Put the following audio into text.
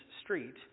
street